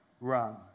run